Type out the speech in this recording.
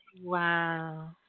Wow